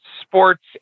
sports